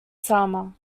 summer